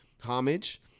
homage